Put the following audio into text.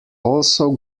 also